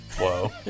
Whoa